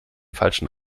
falschen